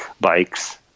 bikes